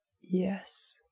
Yes